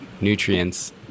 nutrients